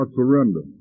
surrender